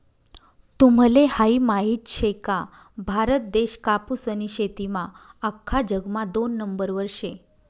तुम्हले हायी माहित शे का, भारत देश कापूसनी शेतीमा आख्खा जगमा दोन नंबरवर शे